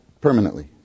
permanently